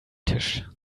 tisch